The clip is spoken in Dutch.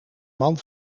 man